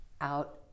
out